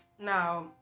Now